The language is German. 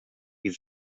die